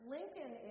Lincoln